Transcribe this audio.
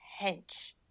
Hench